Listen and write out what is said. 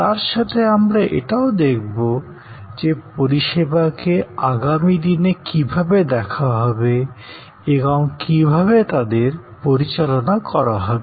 তার সাথে আমরা এটাও দেখব যে পরিষেবাকে আগামী দিনে কিভাবে দেখা হবে এবং কিভাবে তাদের পরিচালনা করা হবে